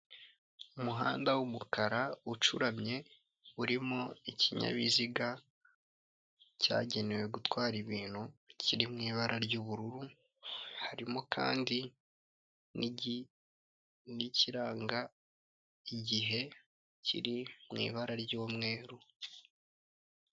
Umuhanda w'umukara ucuramye urimo ikinyabiziga cyagenewe gutwara ibintu kiri mu ibara ry'ubururu, harimo kandi n'igi n'ikiranga igihe kiri mu ibara ry'umweru.